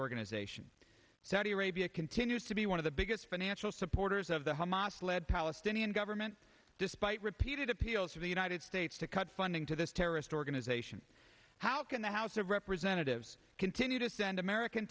organization saudi arabia continues to be one of the biggest financial supporters of the hamas led palestinian government despite repeated appeals from the united states to cut funding to this terrorist organization how can the house of representatives continue to send american